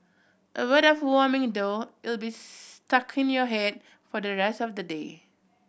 a word of warning though it'll be stuck in your head for the rest of the day